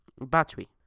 battery